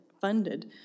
funded